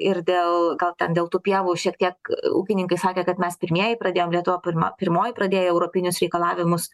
ir dėl gal ten dėl tų pievų šiek tiek ūkininkai sakė kad mes pirmieji pradėjom lietuva pirma pirmoji pradėjo europinius reikalavimus